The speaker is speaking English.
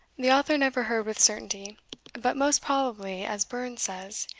the author never heard with certainty but most probably, as burns says,